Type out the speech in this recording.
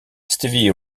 stevie